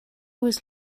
was